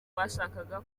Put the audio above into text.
bashakaga